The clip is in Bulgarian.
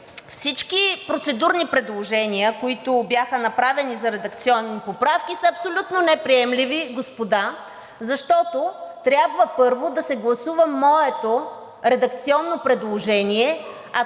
всички процедурни предложения, които бяха направени за редакционни поправки, са абсолютно неприемливи, господа, защото трябва първо да се гласува моето редакционно предложение,